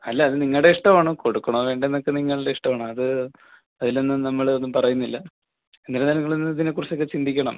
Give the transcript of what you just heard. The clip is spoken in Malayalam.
അല്ല അത് നിങ്ങളുടെ ഇഷ്ടം ആണ് കൊടുക്കണോ വേണ്ടയോ എന്നൊക്കെ നിങ്ങളുടെ ഇഷ്ടം ആണ് അത് അതിലൊന്നും നമ്മൾ ഒന്നും പറയുന്നില്ല എന്നിരുന്നാലും നിങ്ങൾ ഇതിനെ കുറിച്ചൊക്കെ ചിന്തിക്കണം